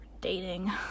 dating